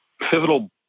pivotal